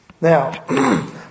Now